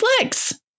legs